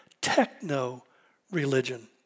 techno-religion